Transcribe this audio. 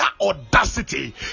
audacity